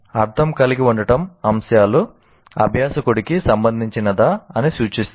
అర్థం కలిగి ఉండటం అంశాలు అభ్యాసకుడికి సంబంధించినదా అని సూచిస్తుంది